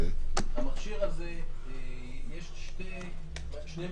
למכשיר הזה יש שני מאפיינים: